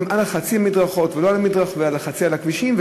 היא חצי על המדרכות וחצי על הכבישים,